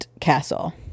Castle